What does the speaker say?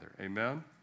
Amen